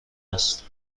است